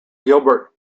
gilbert